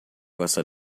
gosta